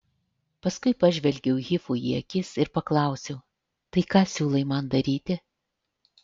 paskui pažvelgiau hifui į akis ir paklausiau tai ką siūlai man daryti